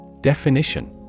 Definition